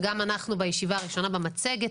וגם אנחנו בישיבה הראשונה במצגת,